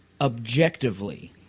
objectively